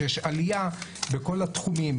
שיש עלייה בכל התחומים.